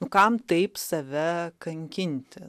nu kam taip save kankinti